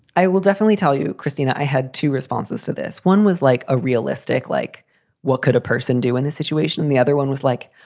i will definitely tell you, christina. i had two responses to this. one was like a realistic like what could a person do in this situation? the other one was like,